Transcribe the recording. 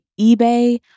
eBay